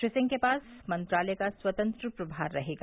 श्री सिंह के पास मंत्रालय का स्वतंत्र प्रभार रहेगा